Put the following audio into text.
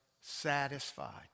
satisfied